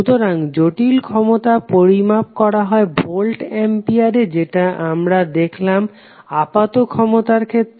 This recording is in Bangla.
সুতরাং জটিল ক্ষমতা পরিমাপ করা হয় ভোল্ট অ্যাম্পিয়ার এ যেটা আমরা দেখলাম আপাত ক্ষমতার ক্ষেত্রে